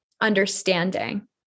understanding